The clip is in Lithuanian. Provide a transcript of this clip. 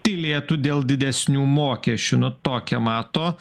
tylėtų dėl didesnių mokesčių nu tokią mato